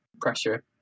pressure